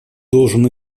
должен